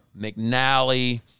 McNally